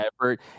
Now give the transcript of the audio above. effort